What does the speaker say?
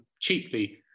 cheaply